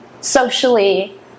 socially